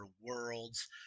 Worlds